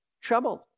Troubled